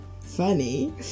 funny